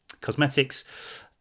cosmetics